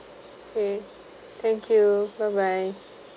okay thank you bye bye